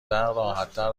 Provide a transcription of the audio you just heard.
راحتتر